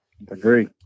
Agree